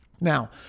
Now